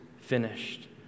finished